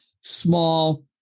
small